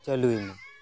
ᱪᱟᱹᱞᱩᱭᱮᱱᱟ